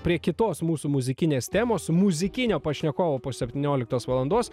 prie kitos mūsų muzikinės temos muzikinio pašnekovo po septynioliktos valandos